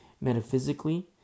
metaphysically